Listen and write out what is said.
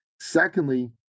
secondly